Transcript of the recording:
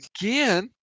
Again